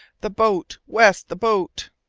the boat, west, the boat!